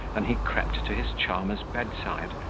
than he crept to his charmer's bedside,